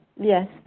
Yes